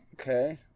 Okay